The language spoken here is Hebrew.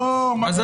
לא, מה פתאום.